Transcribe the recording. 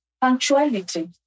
punctuality